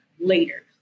later